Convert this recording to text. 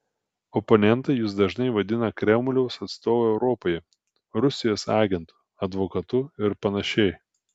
oponentai jus dažnai vadina kremliaus atstovu europoje rusijos agentu advokatu ir panašiai